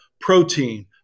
protein